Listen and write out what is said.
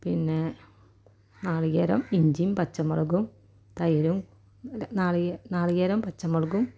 പിന്നെ നാളികേരം ഇഞ്ചിയും പച്ചമുളകും തൈരും നാളികേര നാളികേരവും പച്ചമുളകും